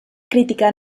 crítica